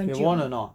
they won or not